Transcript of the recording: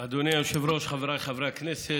בכנסת,